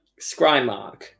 Scrymark